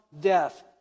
death